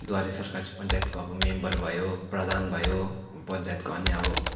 द्वारे सरकार चाहिँ पञ्चायतको अब मेम्बर भयो प्रधान भयो पञ्चायतको अन्य अब